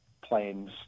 plans